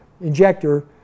injector